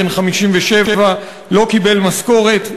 בן 57. לא קיבל משכורת,